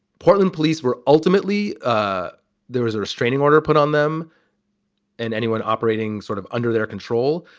portland police were ultimately ah there was a restraining order put on them and anyone operating sort of under their control,